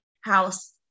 house